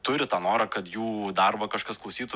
turi tą norą kad jų darbą kažkas klausytų